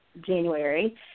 January